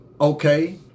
Okay